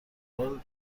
حال